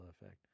Effect